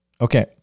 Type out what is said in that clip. Okay